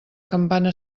campana